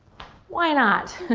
why not?